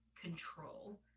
control